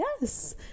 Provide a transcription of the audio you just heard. yes